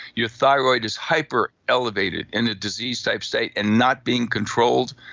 your thyroid is hyper elevated in a disease type state and not being controlled,